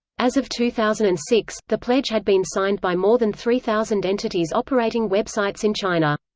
as of two thousand and six, the pledge had been signed by more than three thousand entities operating websites in china.